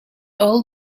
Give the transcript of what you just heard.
all